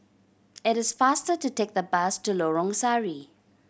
it is faster to take the bus to Lorong Sari